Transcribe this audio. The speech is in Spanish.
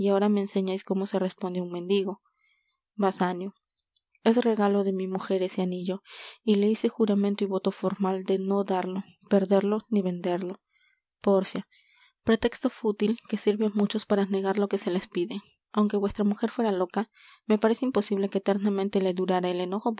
me enseñais cómo se responde á un mendigo basanio es regalo de mi mujer ese anillo y le hice juramento y voto formal de no darlo perderlo ni venderlo pórcia pretexto fútil que sirve á muchos para negar lo que se les pide aunque vuestra mujer fuera loca me parece imposible que eternamente le durara el enojo